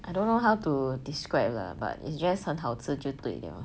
I don't know how to describe lah but it's just 很好这就对了